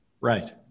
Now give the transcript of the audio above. Right